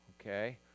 okay